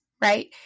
right